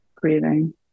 breathing